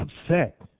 upset